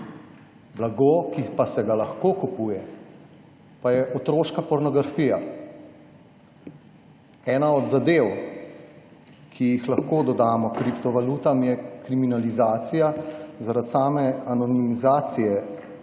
Blago, ki pa se ga lahko kupuje, pa je otroška pornografija. Ena od zadev, ki jih lahko dodamo kriptovalutam, je kriminalizacija zaradi same anonimizacije